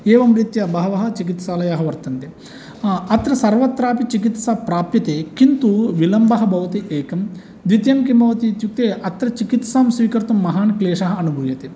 एवं रीत्या बहवः चिकित्सालयाः वर्तन्ते अत्र सर्वत्रापि चिकित्सा प्राप्यते किन्तु विलम्बः भवति एकं द्वितीयं किं भवति इत्युक्ते अत्र चिकित्सां स्वीकर्तुं महान् क्लेशः अनुभूयते